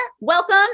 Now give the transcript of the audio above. welcome